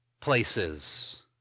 places